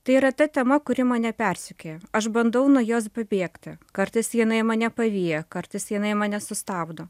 tai yra ta tema kuri mane persekioja aš bandau nuo jos pabėgti kartais jinai mane pavyja kartais jinai mane sustabdo